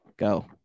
go